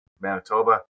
Manitoba